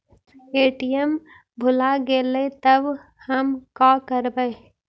ATM भुला गेलय तब हम काकरवय?